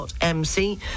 MC